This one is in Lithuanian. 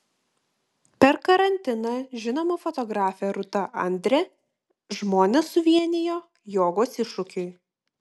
per karantiną žinoma fotografė rūta andre žmones suvienijo jogos iššūkiui